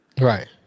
Right